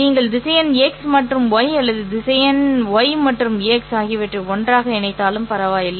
நீங்கள் திசையன் ́x மற்றும் ́y அல்லது திசையன் andy மற்றும் ́x ஆகியவற்றை ஒன்றாக இணைத்தாலும் பரவாயில்லை